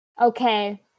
okay